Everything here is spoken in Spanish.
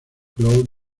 cloud